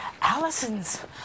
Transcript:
Allison's